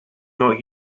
not